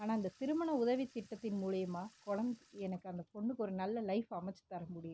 ஆனால் இந்த திருமண உதவி திட்டத்தின் மூலயமா குழந் எனக்கு அந்த பொண்ணுக்கு ஒரு நல்ல லைஃப் அமைச்சி தர முடியுது